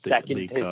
second